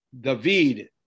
David